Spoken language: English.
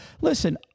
Listen